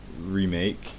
remake